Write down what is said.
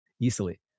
easily